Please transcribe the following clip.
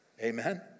Amen